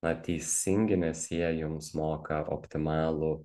na teisingi nes jie jums moka optimalų